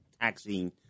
taxing